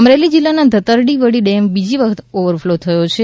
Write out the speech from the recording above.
અમરેલી જિલ્લા નો ધતરવડી ડેમ બીજી વખત ઓવરફ્લો થયો છે